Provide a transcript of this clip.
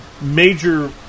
major